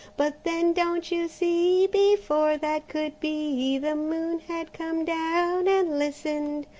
but then, don't you see? before that could be, the moon had come down and listened.